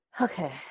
Okay